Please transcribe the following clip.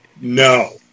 no